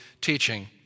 teaching